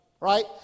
Right